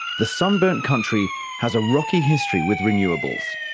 the sunburnt country has a rocky history with renewables.